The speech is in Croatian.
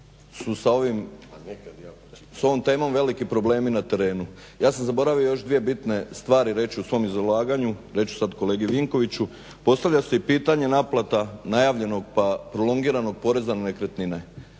su s ovom temom veliki problemi na terenu. Ja sam zaboravio još dvije bitne stvari reći u svom izlaganju, reći ću sad kolegi Vinkoviću. Postavlja se i pitanje naplate najavljenog pa prolongiranog poreza na nekretnine.